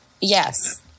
Yes